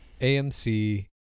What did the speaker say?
AMC